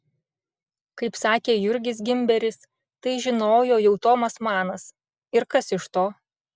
kaip sakė jurgis gimberis tai žinojo jau tomas manas ir kas iš to